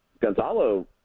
Gonzalo